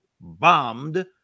bombed